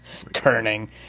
Kerning